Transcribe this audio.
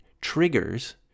triggers